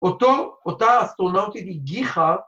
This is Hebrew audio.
‫אותה אסטרונאוטית הגיחה...